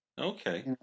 Okay